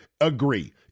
agree